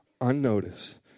unnoticed